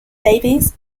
davies